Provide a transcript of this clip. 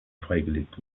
freigelegt